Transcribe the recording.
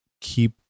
keep